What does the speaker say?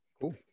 Cool